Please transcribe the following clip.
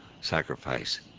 sacrifice